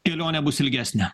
kelionė bus ilgesnė